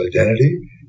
identity